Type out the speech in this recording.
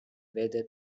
whether